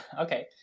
Okay